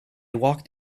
walked